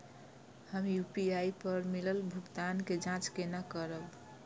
हम यू.पी.आई पर मिलल भुगतान के जाँच केना करब?